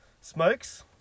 Smokes